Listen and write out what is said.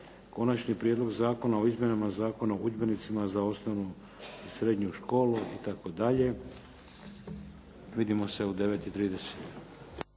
Konačni prijedlog zakona o izmjenama Zakona o udžbenicima za osnovnu i srednju školu itd. Vidimo se u 9,30.